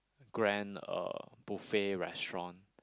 grand uh buffet restaurant